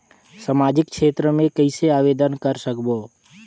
समाजिक क्षेत्र मे कइसे आवेदन कर सकबो?